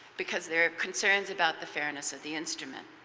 because there are concerns about the fairness of the instrument.